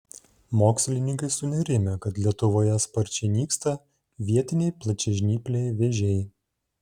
mokslininkai sunerimę kad lietuvoje sparčiai nyksta vietiniai plačiažnypliai vėžiai